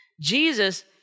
Jesus